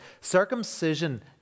circumcision